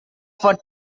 for